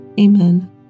Amen